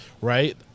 right